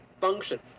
function